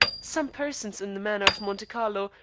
some persons, in the manner of monte carlo,